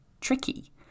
tricky